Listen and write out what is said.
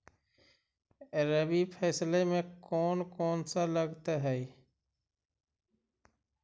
रबी फैसले मे कोन कोन सा लगता हाइय?